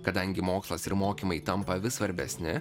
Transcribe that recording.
kadangi mokslas ir mokymai tampa vis svarbesni